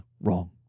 wrong